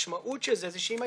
בתצורה הנוכחית שלו, שירדה